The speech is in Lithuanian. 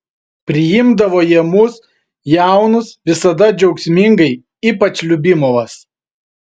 priimdavo jie mus jaunus visada džiaugsmingai ypač liubimovas